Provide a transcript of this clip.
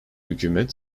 hükümet